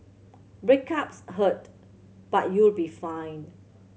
breakups hurt but you'll be fine